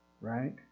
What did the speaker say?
Right